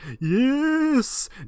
yes